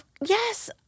yes